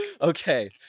okay